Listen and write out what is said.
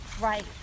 right